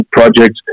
projects